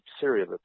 Syria